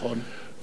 נכון.